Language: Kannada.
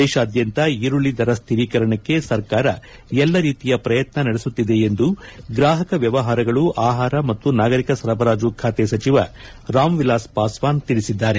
ದೇಶಾದ್ಯಂತ ಈರುಳ್ಳ ದರ ಸ್ವಿರೀಕರಣಕ್ಕೆ ಸರ್ಕಾರ ಎಲ್ಲಾ ರೀತಿಯ ಪ್ರಯತ್ನ ನಡೆಸುತ್ತಿದೆ ಎಂದು ಗ್ರಾಪಕ ವ್ಲವಹಾರಗಳು ಆಹಾರ ಮತ್ತು ನಾಗರಿಕ ಸರಬರಾಜು ಖಾತೆ ಸಚಿವ ರಾಮ್ ವಿಲಾಸ್ ಪಾಸ್ನಾನ್ ತಿಳಿಸಿದ್ದಾರೆ